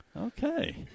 Okay